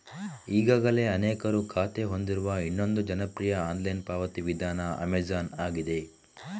ಈಗಾಗಲೇ ಅನೇಕರು ಖಾತೆ ಹೊಂದಿರುವ ಇನ್ನೊಂದು ಜನಪ್ರಿಯ ಆನ್ಲೈನ್ ಪಾವತಿ ವಿಧಾನ ಅಮೆಜಾನ್ ಆಗಿದೆ